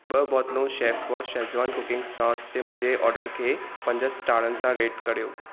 ब॒ बोतलूं chef boss Schezwan cooking sauce जे मुंहिंजे ऑर्डरु खे पंज स्टारनि सां रेट करियो